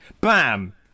bam